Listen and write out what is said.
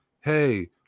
hey